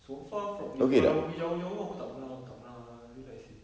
so far fr~ if kalau pergi jauh-jauh aku tak pernah aku tak pernah realize seh